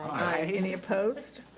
aye. any opposed?